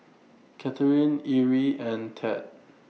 Katheryn Erie and Ted